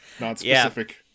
Non-specific